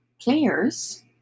players